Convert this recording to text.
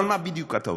אבל מה בדיוק אתה עושה?